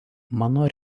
mano